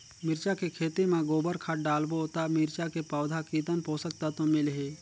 मिरचा के खेती मां गोबर खाद डालबो ता मिरचा के पौधा कितन पोषक तत्व मिलही?